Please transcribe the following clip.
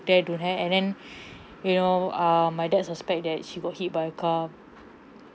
there don't have and then you know uh my dad suspect that she got hit by a car